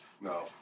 No